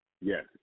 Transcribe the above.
Yes